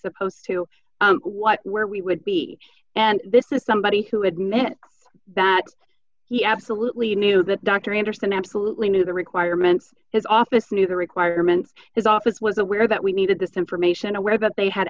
supposed to what where we would be and this is somebody who admit that he absolutely knew the dr anderson absolutely knew the requirements his office knew the requirement his office was aware that we needed this information aware that they had